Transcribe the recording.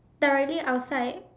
directly outside